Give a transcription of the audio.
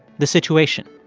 the situation.